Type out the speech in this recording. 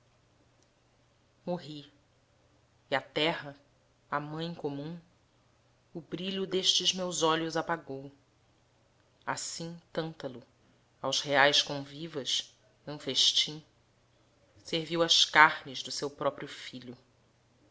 e a terra a mãe comum o brilho destes meus olhos apagou assim tântalo aos reais convivas num festim serviu as carnes do seu próprio filho